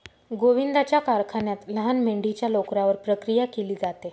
गोविंदाच्या कारखान्यात लहान मेंढीच्या लोकरावर प्रक्रिया केली जाते